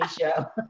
show